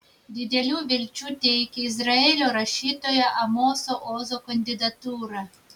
didelių vilčių teikia izraelio rašytojo amoso ozo kandidatūra